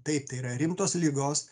taip tai yra rimtos ligos